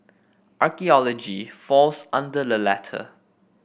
archaeology falls under the latter